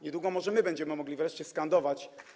Niedługo może my będziemy mogli wreszcie skandować.